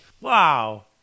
Wow